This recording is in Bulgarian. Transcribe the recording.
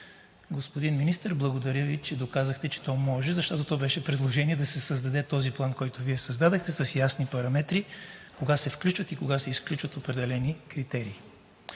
Господин Министър, благодаря Ви, че доказахте, че може, защото това беше предложението да се създаде този план, който Вие създадохте, с ясни параметри кога се включват и кога се изключват определени критерии.